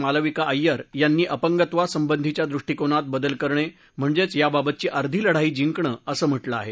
मालविका अय्यर यांनी अंपगत्वा संबंधिच्या दृष्टीकोनात बदल करणे म्हणजेच याबाबतची अर्धी लढाई जिकणं असं म्हटलं आहे